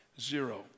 Zero